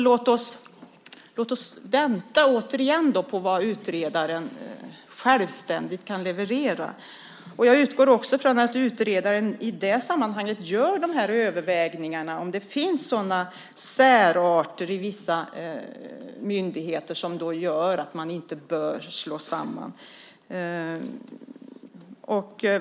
Låt oss alltså vänta på vad utredaren självständigt kan leverera. Jag utgår också från att utredaren i det sammanhanget gör överväganden av om det finns sådana särarter i vissa myndigheter som gör att man inte bör slå samman dem.